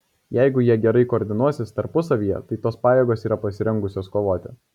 jeigu jie gerai koordinuosis tarpusavyje tai tos pajėgos yra pasirengusios kovoti